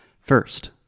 first